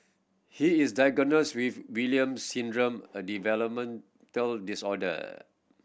he is diagnosed with Williams Syndrome a developmental disorder